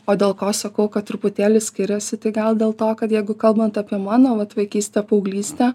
o dėl ko sakau kad truputėlį skiriasi tai gal dėl to kad jeigu kalbant apie mano vat vaikystę paauglystę